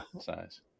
Size